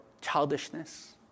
childishness